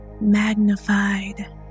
magnified